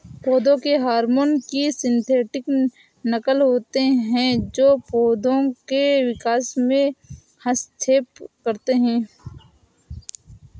पौधों के हार्मोन की सिंथेटिक नक़ल होते है जो पोधो के विकास में हस्तक्षेप करते है